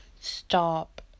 stop